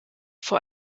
vor